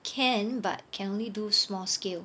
can but can only do small scale